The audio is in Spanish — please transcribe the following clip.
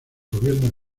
gobierno